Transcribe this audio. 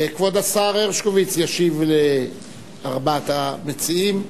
כבוד השר הרשקוביץ ישיב לארבעת המציעים.